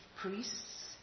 priests